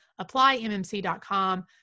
applymmc.com